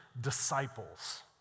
disciples